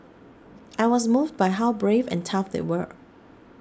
I was moved by how brave and tough they were